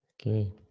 Okay